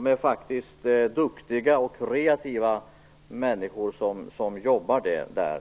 Det är faktiskt duktiga och kreativa människor som jobbar där.